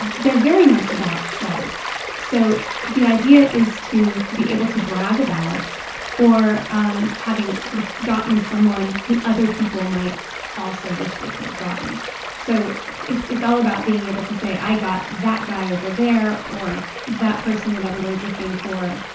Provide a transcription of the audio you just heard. and they're very much about status. so the idea is to be able to brag about or um having sort of gotten someone who other people might also wish they could have gotten so it's it's all about being able to say, i got that guy over there or that person that everyone's looking for,